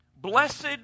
Blessed